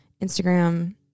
Instagram